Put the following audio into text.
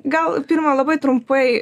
gal pirma labai trumpai